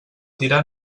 tirar